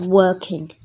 working